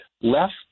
left